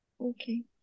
Okay